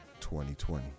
2020